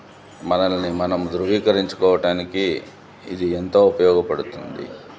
మనల్ని మనం ధృవీకరించుకోవటానికి ఇది ఎంతో ఉపయోగపడుతుంది